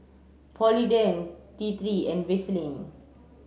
Polident T three and Vaselin